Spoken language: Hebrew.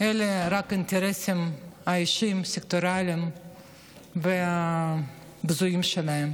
אלא רק את האינטרסים האישיים הסקטוריאליים הבזויים שלהם.